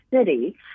city